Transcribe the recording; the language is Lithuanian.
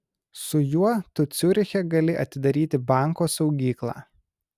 su juo tu ciuriche gali atidaryti banko saugyklą